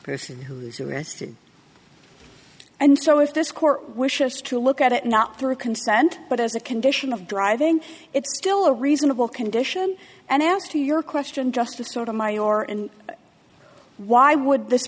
person who's arrested and so if this court wishes to look at it not through consent but as a condition of driving it's still a reasonable condition and as to your question just a sort of mine or in why would this